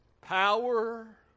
power